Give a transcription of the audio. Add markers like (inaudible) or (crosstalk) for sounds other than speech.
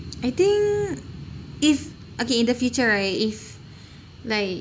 I think if okay in the future right if (breath) like